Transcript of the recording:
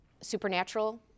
supernatural